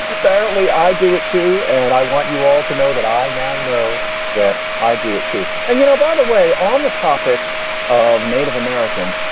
apparently i do it, too. and i want you all to know that i now know that i do it, too. and you know, by the way, on the topic of native american,